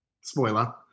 Spoiler